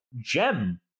gem